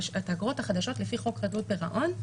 את האגרות החדשות לפי חוק חדלות פירעון,